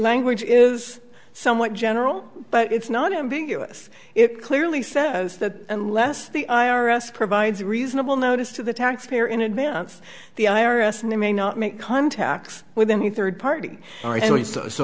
language is somewhat general but it's not ambiguous it clearly says that unless the i r s provides reasonable notice to the taxpayer in advance the i r s and they may not make contacts within the third party or